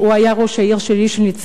הוא היה ראש העיר ראשון-לציון,